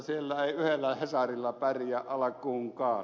siellä ei yhdellä hesarilla pärjää alkuunkaan